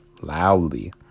loudly